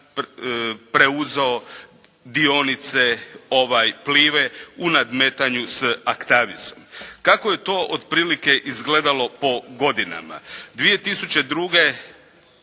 preuzeo dionice Plive u nadmetanju s Actavisom. Kako je to otprilike izgledalo po godinama? 2002.